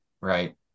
right